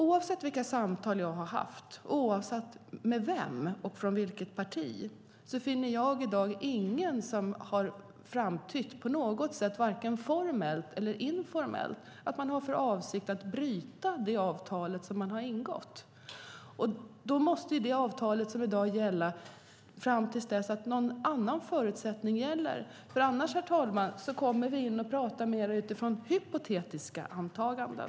Oavsett vilka samtal jag haft och oavsett med vem och från vilket parti finns ingen som i dag på något sätt har framställt, varken formellt eller informellt, att man har för avsikt att bryta det avtal som ingåtts. Då måste det avtal som i dag finns gälla fram till dess att någon annan förutsättning finns. Annars kommer vi, herr talman, att tala utifrån hypotetiska antaganden.